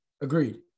Agreed